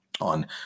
on